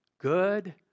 good